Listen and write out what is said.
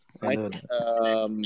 Right